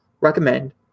Recommend